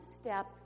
step